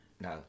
No